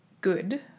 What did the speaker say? good